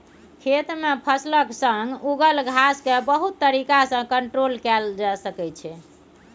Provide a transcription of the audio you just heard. खेत मे फसलक संग उगल घास केँ बहुत तरीका सँ कंट्रोल कएल जा सकै छै